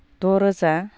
द'रोजा